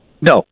No